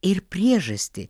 ir priežastį